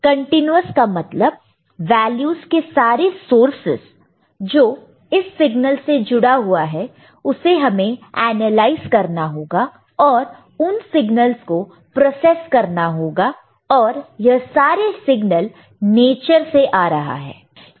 continuous का मतलब values के सारे सोर्सेस जो इस सिग्नल से जुड़ा हुआ है उसे हमें एनालाइज करना होगा और उन सिगनल्स को प्रोसेस करना होगा और यह सारे सिग्नल नेचर से आ रहा है